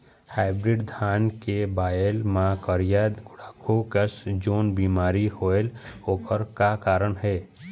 Hybrid धान के बायेल मां करिया गुड़ाखू कस जोन बीमारी होएल ओकर का कारण हे?